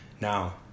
Now